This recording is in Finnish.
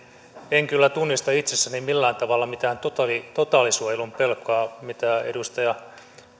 en kyllä tunnista itsessäni millään tavalla mitään totaalisuojelun pelkoa mitä edustaja